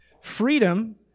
Freedom